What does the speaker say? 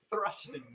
thrusting